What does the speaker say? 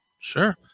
Sure